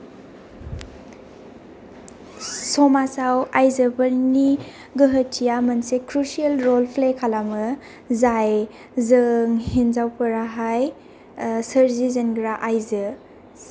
समाजआव आयजोफोरनि गोहोथिया मोनसे क्रुसियेल रल प्ले खालामो जाय जों हिनजावफोरा हाय सोरजिजेनग्रा आयजो